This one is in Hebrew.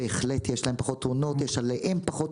בהחלט יש להן פחות תאונות ויש עליהן פחות